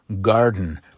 garden